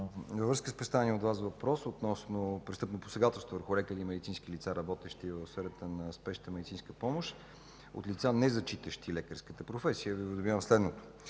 във връзка с представения от Вас въпрос относно престъпните посегателства върху лекари и медицински лица, работещи в сферата на Спешната медицинска помощ, от лица, незачитащи лекарската професия, заявявам следното.